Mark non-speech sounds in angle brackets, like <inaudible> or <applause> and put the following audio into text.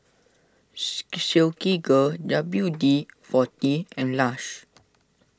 <noise> Silkygirl W D forty and Lush